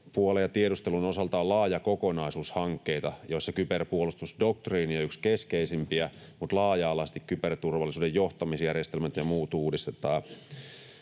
Kyberpuolen ja tiedustelun osalta on laaja kokonaisuus hankkeita, joissa kyberpuolustusdoktriini on yksi keskeisimpiä, mutta laaja-alaisesti kyberturvallisuuden johtamisjärjestelmät ja muut uudistetaan.